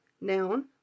noun